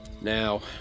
Now